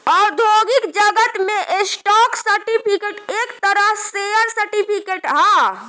औद्योगिक जगत में स्टॉक सर्टिफिकेट एक तरह शेयर सर्टिफिकेट ह